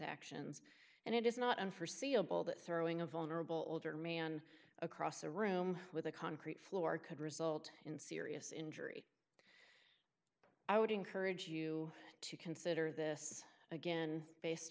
actions and it is not in forseeable that throwing a vulnerable older man across the room with a concrete floor could result in serious injury i would encourage you to consider this again based